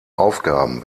aufgaben